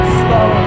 slow